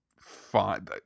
fine